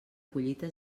collita